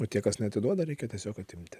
o tie kas neatiduoda reikia tiesiog atimti